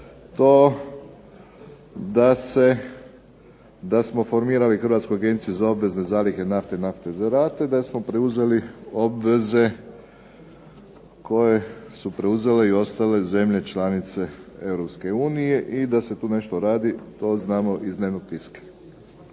to da smo formirali Hrvatsku agenciju za obvezne zalihe nafte i naftnih derivata da smo preuzeli obveze koje su preuzele i ostale zemlje članice EU i da se tu nešto radi to znamo iz dnevnog tiska.